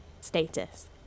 status